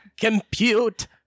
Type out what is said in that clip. compute